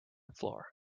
floor